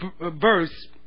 verse